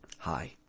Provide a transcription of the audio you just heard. Hi